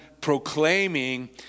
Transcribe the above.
proclaiming